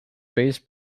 base